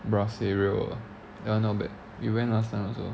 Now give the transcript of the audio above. brass area ah that [one] not bad we went last time also